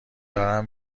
دارم